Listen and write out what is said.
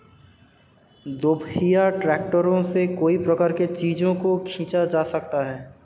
दोपहिया ट्रैक्टरों से कई प्रकार के चीजों को खींचा जा सकता है